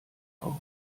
auch